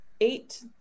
Eight